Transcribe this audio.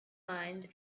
mind